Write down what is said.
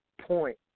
point